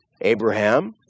Abraham